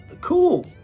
Cool